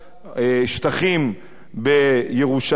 שטחים בירושלים.